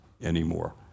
anymore